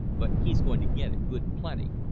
but he's going to get it good and plenty.